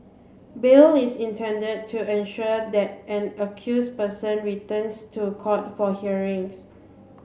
bail is intended to ensure that an accused person returns to court for hearings